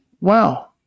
Wow